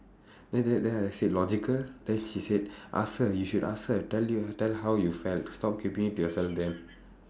then then then I said logical then she said ask her you should ask her tell you tell her how you felt stop keeping it to yourself